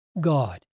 God